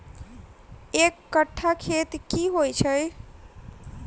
एक कट्ठा खेत की होइ छै?